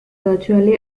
virtually